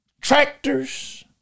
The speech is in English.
tractors